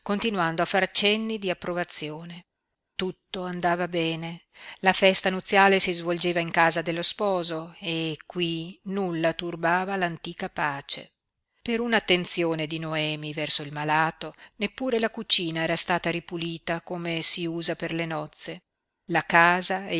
continuando a far cenni di approvazione tutto andava bene la festa nuziale si svolgeva in casa dello sposo e qui nulla turbava l'antica pace per un'attenzione di noemi verso il malato neppure la cucina era stata ripulita come si usa per le nozze la casa